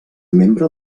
membre